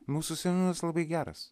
mūsų seniūnas labai geras